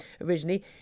originally